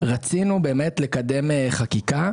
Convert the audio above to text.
רצינו לקדם חקיקה,